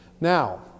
Now